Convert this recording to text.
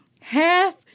half